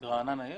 יש ברעננה?